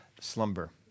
slumber